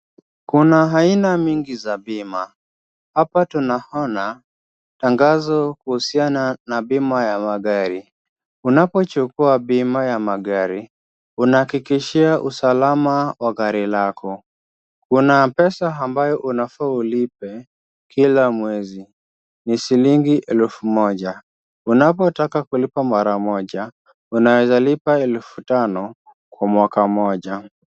Kuna aina mingi za bima, hapa tunaona tangazo kuhusiana na bima ya magari. Unapochukua bima ya magari unahakikishia usalama wa gari lako. Kuna pesa ambayo unafaa ulipe kila mwezi, ni shillingi elfu moja, unapotaka kulipa mara moja unaweza lipa elfu tano kwa mwaka mmoja.